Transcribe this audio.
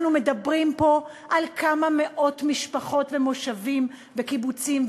אנחנו מדברים פה על כמה מאות משפחות ומושבים וקיבוצים,